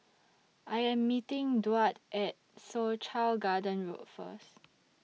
I Am meeting Duard At Soo Chow Garden Road First